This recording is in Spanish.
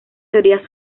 teorías